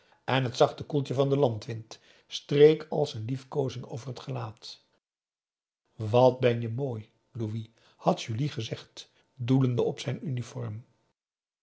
en het zachte koeltje van den landwind streek als een liefkoozing over het gelaat wat ben je mooi louis had julie gezegd doelende op zijn uniform